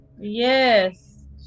Yes